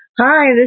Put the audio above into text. Hi